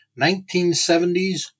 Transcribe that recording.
1970s